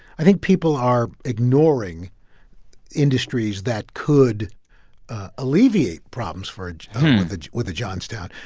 i think people are ignoring industries that could alleviate problems for with the johnstown.